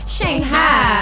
Shanghai